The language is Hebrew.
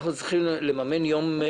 אנחנו צריכים לממן יום?